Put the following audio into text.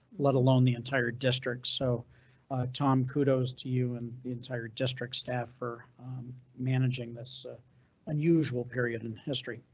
let alone the entire district, so tom, kudos to you. and entire district staff for managing this unusual period in history,